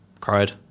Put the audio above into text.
cried